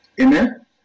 Amen